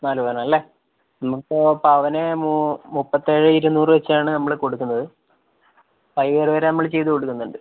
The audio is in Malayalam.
നാല് പവനല്ലെ നമുക്ക് പവന് മു മുപ്പത്തി ഏഴ് ഇരുന്നൂറ് വെച്ചാണ് നമ്മള് കൊടുക്കുന്നത് ഫൈവ് യീയർ വരെ നമ്മള് ചെയ്ത് കൊടുക്കുന്നുണ്ട്